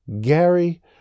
Gary